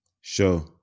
Sure